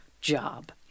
job